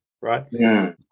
right